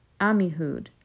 Amihud